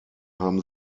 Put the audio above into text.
haben